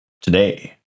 Today